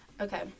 Okay